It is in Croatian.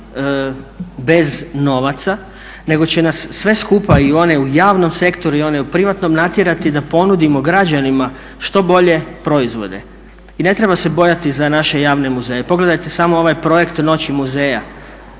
bez novaca nego će nas sve skupa i one u javnom sektoru i one u privatnom natjerati da ponudimo građanima što bolje proizvode. I ne treba se bojati za naše javne muzeje. Pogledajte samo ovaj projekt "Noći muzeja"